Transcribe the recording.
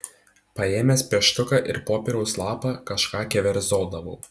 paėmęs pieštuką ir popieriaus lapą kažką keverzodavau